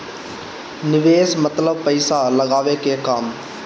निवेस मतलब पइसा लगावे के काम